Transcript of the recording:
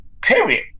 Period